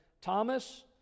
Thomas